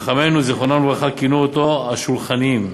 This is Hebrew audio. שחכמינו זיכרונם לברכה כינו אותם "השולחניים",